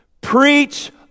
Preach